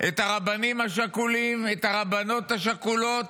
את הרבנים השכולים, את הרבניות השכולות,